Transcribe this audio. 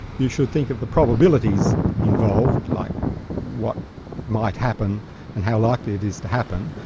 you should think of the probabilities involved, like what might happen and how likely it is to happen,